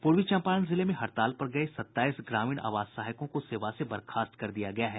पूर्वी चम्पारण जिले में हड़ताल पर गये सत्ताईस ग्रामीण आवास सहायकों को सेवा से बर्खास्त कर दिया है